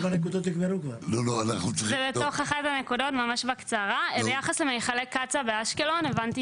ביחס למכלי קצא"א באשקלון,